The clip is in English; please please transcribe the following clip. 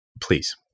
Please